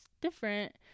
different